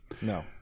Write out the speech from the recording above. No